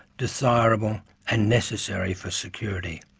desirable and necessary for security.